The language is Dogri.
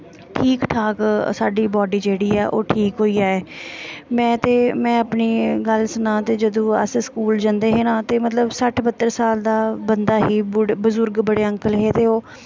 ठीक ठाक साढ़ी बाड्डी जेह्ड़ी ठीक होई जा में ते में अपनी गल्ल सनांऽ ते अस जदूं स्कूल च जंदे हे ना ते मतलब सट्ठ बह्त्तर साल दा बंदा ही बजुर्ग बड़े अंकल हे तो ओह्